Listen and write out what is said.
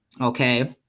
okay